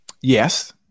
Yes